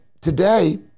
today